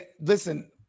listen